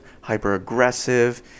hyper-aggressive